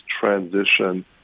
transition